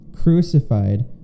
crucified